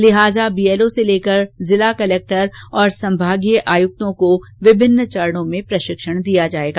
लिहाजा बीएलओ से लेकर जिला कर्लेक्टर्स और संभागीय आयुक्तों को विभिन्न चरणों में प्रशिक्षित किया जाएगा